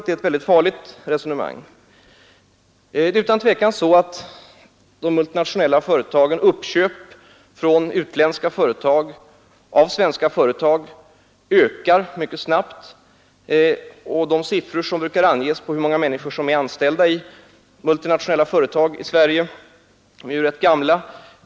Det är ett mycket farligt resonemang. Det är utan tvivel så att utländska företags uppköp av svenska företag ökar mycket snabbt. De siffror som brukar anges på hur många människor som är anställda i multinationella företag i Sverige är rätt gamla.